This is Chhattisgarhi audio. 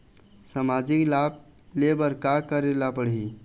सामाजिक लाभ ले बर का करे ला पड़ही?